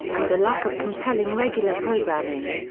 and the lack of compelling regular programming.